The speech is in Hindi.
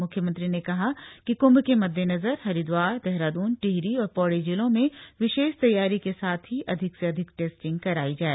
म्ख्यमंत्री ने कहा कि क्म्भ के मददेनजर हरिद्वार देहरादून टिहरी और पौड़ी जिलों में विशेष तैयारी के साथ ही अधिक से अधिक टेस्टिंग करायी जाय